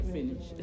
finish